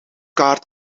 kaart